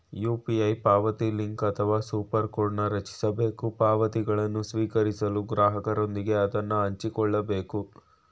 UPI ಪಾವತಿಲಿಂಕ್ ಅಥವಾ super ಕೋಡ್ನ್ ರಚಿಸಬೇಕು ಪಾವತಿಗಳನ್ನು ಸ್ವೀಕರಿಸಲು ಗ್ರಾಹಕರೊಂದಿಗೆ ಅದನ್ನ ಹಂಚಿಕೊಳ್ಳಬೇಕು